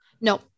No